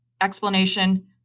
explanation